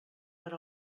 per